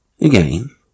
Again